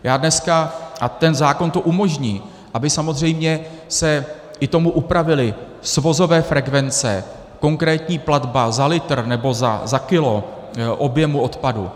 Já dneska a ten zákon to umožní, aby samozřejmě se i tomu upravily svozové frekvence, konkrétní platba za litr nebo za kilo objemu odpadu.